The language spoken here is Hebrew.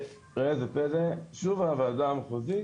וראה איזה פלא, שוב הוועדה המחוזית